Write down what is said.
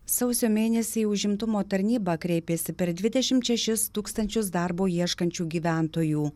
sausio mėnesį į užimtumo tarnybą kreipėsi per dvidešimt šešis tūkstančius darbo ieškančių gyventojų